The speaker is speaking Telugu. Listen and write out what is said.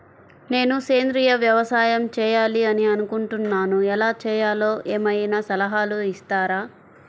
నేను సేంద్రియ వ్యవసాయం చేయాలి అని అనుకుంటున్నాను, ఎలా చేయాలో ఏమయినా సలహాలు ఇస్తారా?